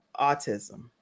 autism